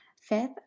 Fifth